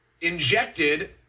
injected